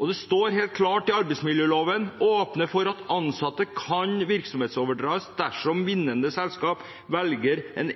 og det står klart i arbeidsmiljøloven at en åpner for at ansatte kan virksomhetsoverdras dersom vinnende selskap velger en